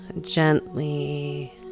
gently